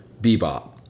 bebop